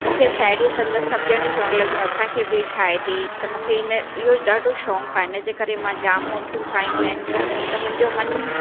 मूंखे साहेड़ियूं संद सभु जणियूं चवणु लॻियूं असांखे बि ठाहे ॾे त मूंखे इन इहो ॾाढो शौक़ु आहे इनजे करे मां जाम मूर्तियूं ठाहियूं आहिनि त मुंहिंजो मनु